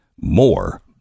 more